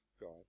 God